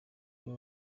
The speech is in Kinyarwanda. muri